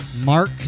Mark